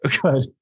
Good